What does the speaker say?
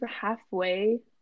halfway